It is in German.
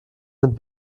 sind